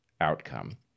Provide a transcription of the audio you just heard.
outcome